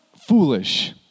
foolish